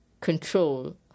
control